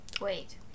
Wait